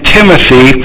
Timothy